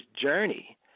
journey